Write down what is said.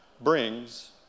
brings